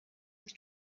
with